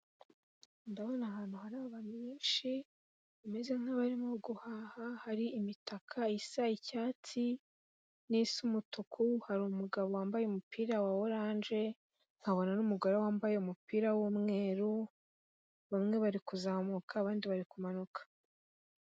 Ndabona ahantu hari abantu benshi, bameze nk'abarimo guhaha, hari imitaka isa icyatsi, n'isa umutuku, hari umugabo wambaye umupira wa oranje, nkabona n'umugore wambaye umupira w'umweru, bamwe bari kuzamuka abandi bari kumanuka.